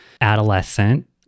adolescent